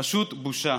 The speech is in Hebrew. פשוט בושה.